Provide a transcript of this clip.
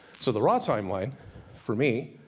so the raw timeline for me,